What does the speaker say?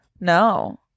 No